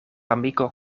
amiko